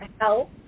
help